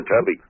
Tubby